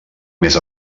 més